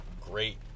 great